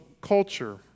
culture